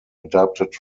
adapted